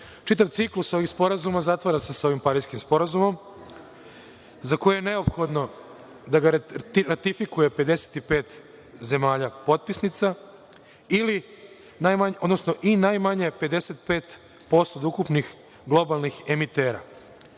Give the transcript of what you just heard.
Čitav ciklus ovih sporazuma zatvara se sa ovim Pariskim sporazumom, za koji je neophodno da ga ratifikuje 55 zemalja potpisnica, odnosno najmanje 55% od ukupnih globalnih emitera. Mogu